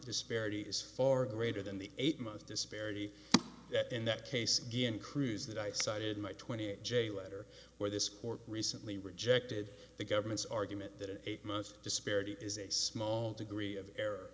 disparity is far greater than the eight month disparity in that case given cruise that i cited my twenty eight j letter where this court recently rejected the government's argument that an eight month disparity is a small degree of error